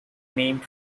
named